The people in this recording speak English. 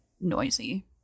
noisy